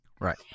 Right